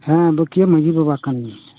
ᱦᱮᱸ ᱵᱮᱠᱤᱭᱟᱹ ᱢᱟᱺᱡᱷᱤ ᱵᱟᱵᱟ ᱠᱟᱱ ᱜᱤᱭᱟᱹᱧ